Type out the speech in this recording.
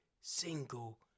single